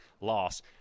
loss